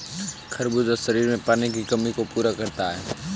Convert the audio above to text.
खरबूजा शरीर में पानी की कमी को पूरा करता है